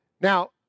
Now